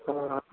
हाँ हाँ